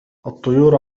الطيور